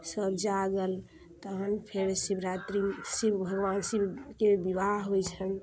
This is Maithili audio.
सब जागल तहन फेर शिवरात्रि शिव भगवान भगवान शिवके बिबाह होइ छनि